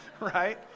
right